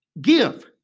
Give